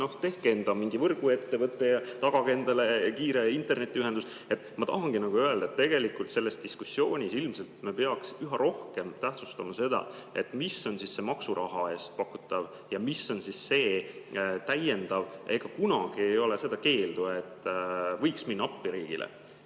ja tehke enda võrguettevõte ja tagage endale kiire internetiühendus. Ma tahangi öelda, et tegelikult selles diskussioonis ilmselt me peaks üha rohkem tähtsustama seda, mis on maksuraha eest pakutav ja mis on see täiendav. Ega kunagi ei ole seda keeldu, et võiks minna appi riigile.